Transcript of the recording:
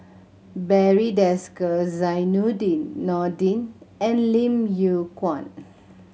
Barry Desker Zainudin Nordin and Lim Yew Kuan